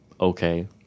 okay